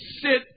sit